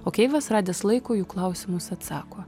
o keivas radęs laiko į jų klausimus atsako